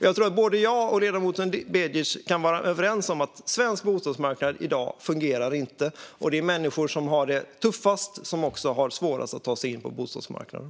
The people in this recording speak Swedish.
Jag tror att både jag och ledamoten Begic kan vara överens om att svensk bostadsmarknad inte fungerar i dag. Det är de människor som har det tuffast som också har det svårast att ta sig in på bostadsmarknaden.